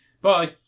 Bye